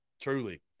truly